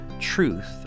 truth